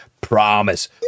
Promise